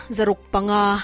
Zarukpanga